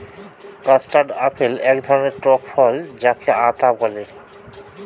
custard apple এক ধরণের টক ফল যাকে আতা বলে